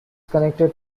connected